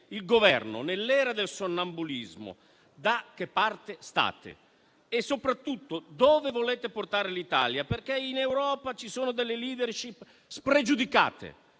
il Governo, nell'era del sonnambulismo, da che parte state? E, soprattutto, dove volete portare l'Italia? In Europa, infatti, ci sono *leadership* spregiudicate,